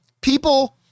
people